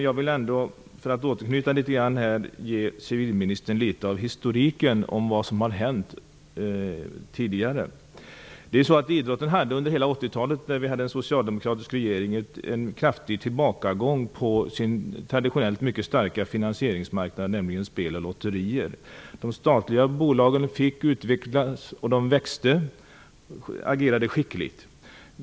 Jag vill ändå ge civilministern litet historik om vad som har hänt. Idrotten hade under hela 80-talet, när vi hade socialdemokratiska regeringar, en kraftig tillbakagång på sin traditionellt mycket starka finansieringsmarknad, nämligen spel och lotterier. De statliga bolagen fick utvecklas, och de växte, agerade skickligt.